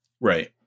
Right